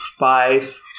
Five